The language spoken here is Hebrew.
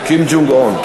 קים ג'ונג-און.